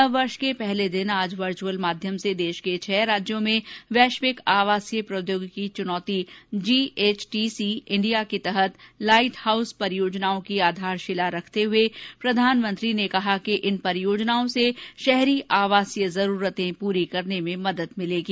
नववर्ष के पहले दिन आज वर्चअल माध्यम से देश के छह राज्यों में वैश्विक आवासीय प्रौद्योगिकी चुनौती जीएचटीसी इंडिया के तहत लाइट हाउस परियोजनाओं की आधारशिला रखते हुए प्रधानमंत्री ने कहा कि इन परियोजनाओं से शहरी आवासीय जरूरतें पूरी करने में मदद मिलेगी